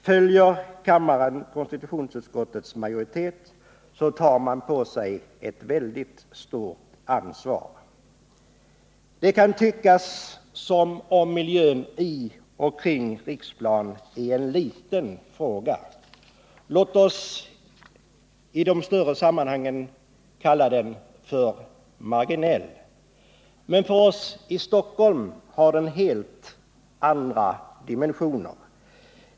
Följer kammaren konstitutionsutskottets majoritet, tar man på sig ett stort ansvar. Det kan tyckas att miljön i och kring Riksplan är en liten fråga. Låt oss i de större sammanhangen kalla den marginell. Men för oss i Stockholm har den helt andra dimensioner.